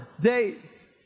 days